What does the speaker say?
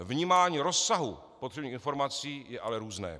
Vnímání rozsahu potřebných informací je ale různé.